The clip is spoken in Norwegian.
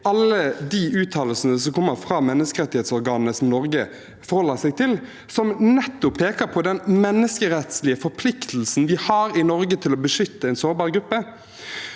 alle de uttalelsene som kommer fra menneskerettighetsorganene Norge forholder seg til, som nettopp peker på den menneskerettslige forpliktelsen vi har i Norge til å beskytte en sårbar gruppe.